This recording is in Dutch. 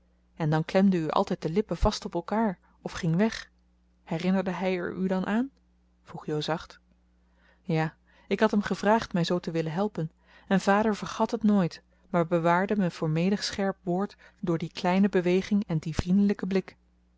en dan klemde u altijd de lippen vast op elkaar of ging weg herinnerde hij er u dan aan vroeg jo zacht ja ik had hem gevraagd mij zoo te willen helpen en vader vergat het nooit maar bewaarde me voor menig scherp woord door die kleine beweging en dien vriendelijken blik